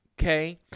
okay